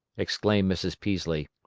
exclaimed mrs. peaslee.